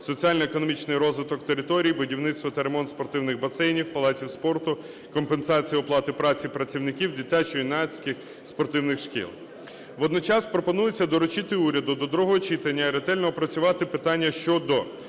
соціально-економічний розвиток територій, будівництво та ремонт спортивних басейнів, палаців спорту, компенсації оплати праці працівників дитячо-юнацьких спортивних шкіл. Водночас пропонується доручити уряду до другого читання ретельно опрацювати питання щодо